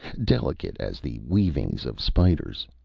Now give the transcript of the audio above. delicate as the weavings of spiders.